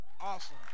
Awesome